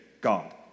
God